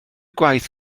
gwaith